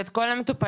את כל המטופלים,